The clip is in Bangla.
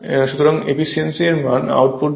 সুতরাং এফিসিয়েন্সি এর মান আউটপুটইনপুট হবে